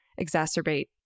exacerbate